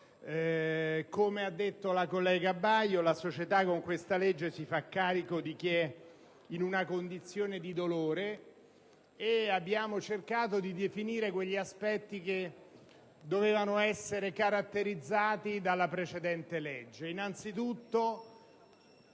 Come ha detto la collega Baio, la società con questa legge si fa carico di chi è in una condizione di dolore. In particolare, abbiamo cercato di definire quegli aspetti che dovevano essere caratterizzati dalla precedente legge.